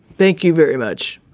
thank you very much